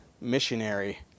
missionary